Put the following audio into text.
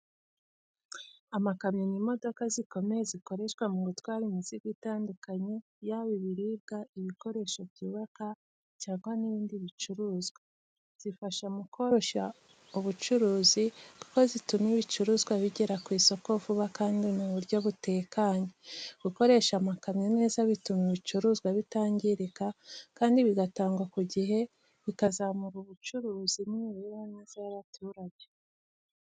Amakamyo ni modoka zikomeye zikoreshwa mu gutwara imizigo itandukanye, yaba ibiribwa, ibikoresho byubaka, cyangwa ibindi bicuruzwa. Zifasha mu koroshya ubucuruzi kuko zituma ibicuruzwa bigera ku isoko vuba kandi mu buryo butekanye. Gukoresha amakamyo neza bituma ibicuruzwa bitangirika kandi bigatangwa ku gihe, bikazamura ubucuruzi n’imibereho myiza y’abaturage.